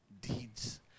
deeds